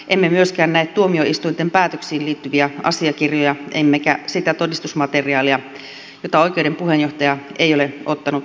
emme myöskään näe tuomioistuinten päätöksiin liittyviä asiakirjoja emmekä sitä todistusmateriaalia jota oikeuden puheenjohtaja ei ole ottanut asiakirjavihkoon